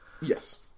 Yes